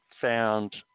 found